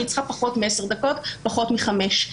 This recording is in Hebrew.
אני צריכה פחות מעשר דקות, פחות מחמש דקות.